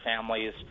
families